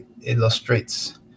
illustrates